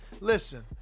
Listen